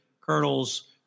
colonels